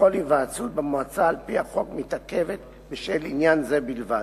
וכל היוועצות במועצה על-פי החוק מתעכבת בשל עניין זה בלבד.